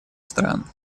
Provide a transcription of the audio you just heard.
стран